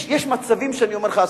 יש מצבים שאני אומר לך,